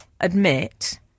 admit